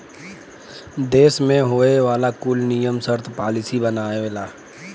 देस मे होए वाला कुल नियम सर्त पॉलिसी बनावेला